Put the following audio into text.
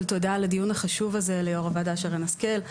תודה ליושבת-ראש הוועדה שרן השכל על הדיון החשוב הזה.